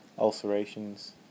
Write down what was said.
ulcerations